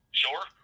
sure